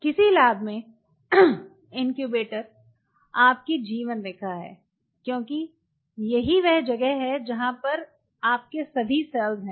किसी लैब में इनक्यूबेटर आपकी जीवन रेखा है क्योंकि यही वह जगह है जहां आपके सभी सेल हैं